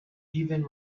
even